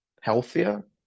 healthier